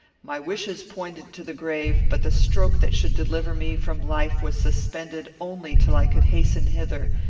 my wishes pointed to the grave but the stroke that should deliver me from life was suspended only till i could hasten hither,